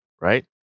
right